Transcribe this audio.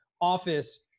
office